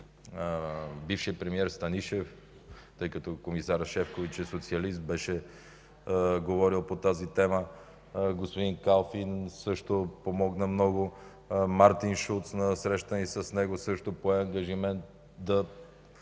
бившият премиер Станишев, тъй като комисарят Шефчович е социалист, беше говорил по тази тема. Господин Калфин също помогна много. Мартин Шулц на срещата ни с него също пое ангажимент да